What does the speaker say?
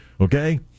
okay